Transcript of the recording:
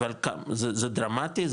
אבל זה דרמטי?